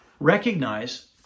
Recognize